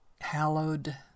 hallowed